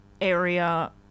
area